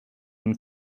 when